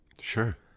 Sure